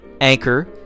Anchor